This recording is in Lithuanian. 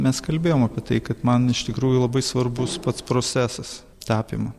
mes kalbėjom apie tai kad man iš tikrųjų labai svarbus pats procesas tapymo